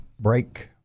Break